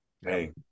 hey